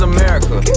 America